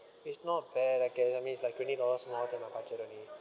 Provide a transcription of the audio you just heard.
is not bad like uh I mean it's like twenty dollar more than my budget only